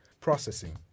processing